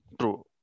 true